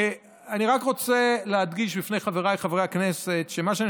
אני רק רוצה להדגיש בפני חבריי חברי הכנסת שמה שאני